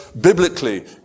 biblically